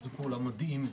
שיתוף פעולה מדהים.